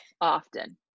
often